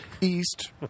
east